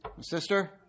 sister